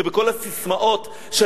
ובכל הססמאות של,